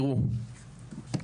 תראו,